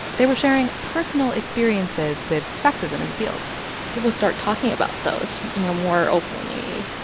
they were sharing personal experiences with sexism in the field people start talking about those, you know, more openly.